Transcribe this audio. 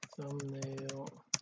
thumbnail